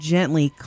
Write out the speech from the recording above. Gently